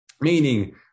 meaning